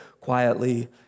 quietly